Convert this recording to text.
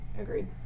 agreed